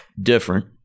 different